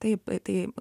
taip tai